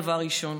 דבר ראשון.